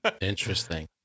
Interesting